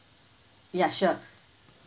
yeah sure